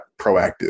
proactive